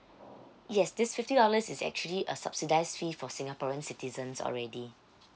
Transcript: yes this fifty dollars is actually a subsidised fee for singaporean citizens already